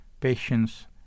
patience